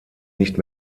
nicht